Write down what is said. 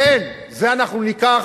כן, את זה אנחנו ניקח,